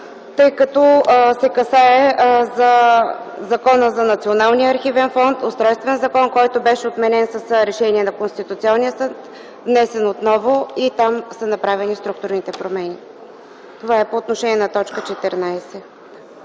се за Закона за Националния архивен фонд – устройствен закон, който беше отменен с решение на Конституционния съд, внесен отново, и там са направени структурните промени. Това е по отношение на т. 14.